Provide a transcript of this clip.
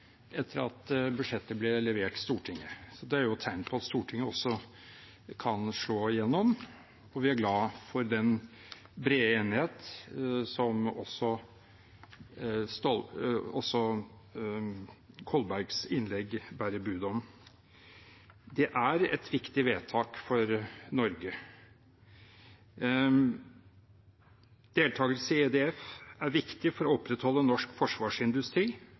etter at budsjettet ble levert Stortinget. Det er jo et tegn på at Stortinget også kan slå igjennom, og vi er glad for den brede enighet som også Kolbergs innlegg bærer bud om. Det er et viktig vedtak for Norge. Deltakelse i EDF er viktig for å opprettholde norsk forsvarsindustri